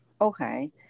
Okay